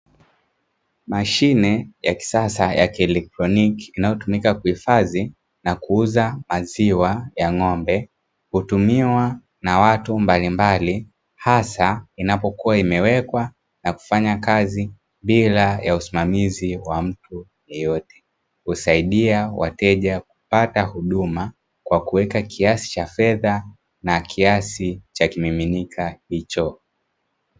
Mashine ya kisasa ya kielektroniki inayotumika kuhifadhi na kuuza maziwa ya ng'ombe hutumiwa na watu mbali mbali hasa inapokua imewekwa na kufanya kazi bila ya usimamizi wa mtu yeyote, husaidia wateja kupata huduma kwa kuweka kiasi cha fedha na kiasi cha kimiminika hicho.